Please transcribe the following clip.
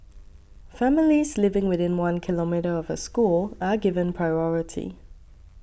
families living within one kilometre of a school are given priority